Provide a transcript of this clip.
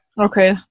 Okay